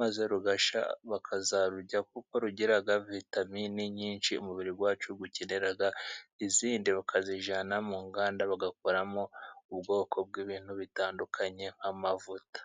maze rugashya bakazarurya, kuko rugira vitamini nyinshi umubiri wacu ukenera, izindi bakazijyana mu nganda, bagakoramo ubwoko bw'ibintu bitandukanye nk'amavuta.